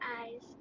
eyes